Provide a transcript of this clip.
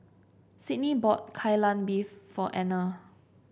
Sydney bought Kai Lan Beef for Anner